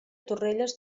torrelles